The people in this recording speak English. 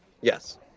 Yes